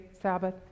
Sabbath